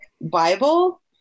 Bible